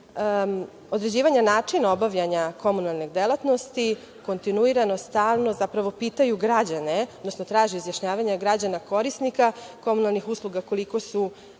određivanja načina obavljanja komunalne delatnosti, kontinuirano, stalno pitaju građane, odnosno traže izjašnjavanje građana, korisnika komunalnih usluga koliko su